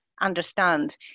understand